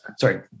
sorry